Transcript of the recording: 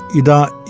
ida